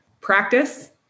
Practice